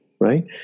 right